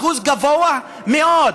גבוה מאוד.